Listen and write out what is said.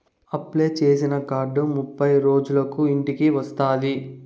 apply చేసిన card ముప్పై రోజులకు ఇంటికి వస్తాది